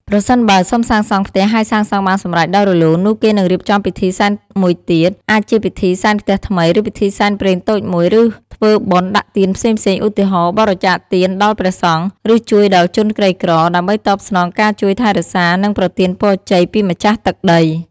ប្រសិនបើសុំសាងសង់ផ្ទះ ហើយសាងសង់បានសម្រេចដោយរលូន នោះគេនឹងរៀបចំពិធីសែនមួយទៀត អាចជាពិធីសែនផ្ទះថ្មី ឬពិធីសែនព្រេនតូចមួយ ឬធ្វើបុណ្យដាក់ទានផ្សេងៗ ឧទាហរណ៍ បរិច្ចាគទានដល់ព្រះសង្ឃ ឬជួយដល់ជនក្រីក្រ ដើម្បីតបស្នងការជួយថែរក្សា និងប្រទានពរជ័យពីម្ចាស់ទឹកដី។